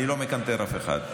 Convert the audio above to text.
אני לא מקנטר אף אחד.